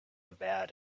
about